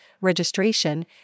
registration